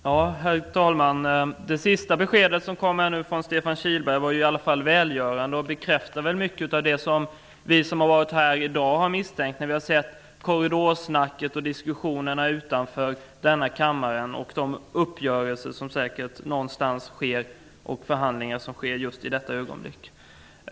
Herr talman! Det sista beskedet som nu kom från Stefan Kihlberg var i alla fall välgörande, och det bekräftar väl mycket av det som vi som har varit här i dag har misstänkt när vi har lagt märke till korridorsnacket och diskussionerna utanför kammaren och när det säkert sker uppgörelser och förhandlingar någonstans just i detta ögonblick.